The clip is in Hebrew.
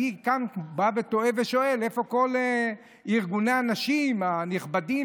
אני כאן בא ותוהה ושואל: איפה כל ארגוני הנשים הנכבדים,